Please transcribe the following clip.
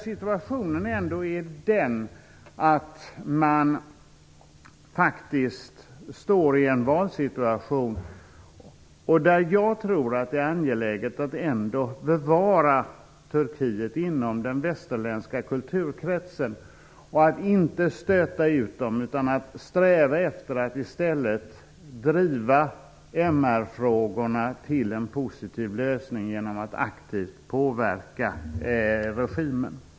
Situationen är den att man står i en valsituation. Jag tror att det är angeläget att ändå bevara Turkiet inom den västerländska kulturkretsen och att inte stöta ut det, utan sträva efter att i stället driva MR-frågorna till en positiv lösning genom att aktivt påverka regimen.